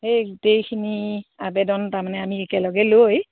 সেই গোটেইখিনি আবেদন তাৰমানে আমি একেলগে লৈ